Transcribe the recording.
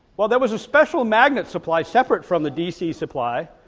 well there was a special magnet supply separate from the dc supply